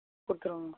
கொடுத்துருவேன் மேம்